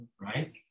right